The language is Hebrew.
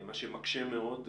מה שמקשה מאוד.